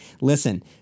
Listen